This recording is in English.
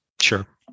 Sure